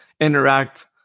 interact